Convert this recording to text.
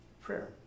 prayer